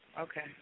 Okay